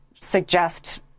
suggest